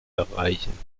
erreichen